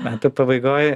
metų pabaigoj